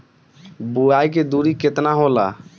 बुआई के दुरी केतना होला?